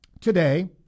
today